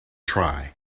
try